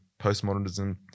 postmodernism